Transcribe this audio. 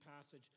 passage